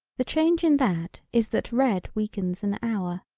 the change in that is that red weakens an hour.